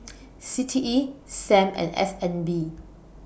C T E SAM and S N B